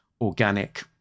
organic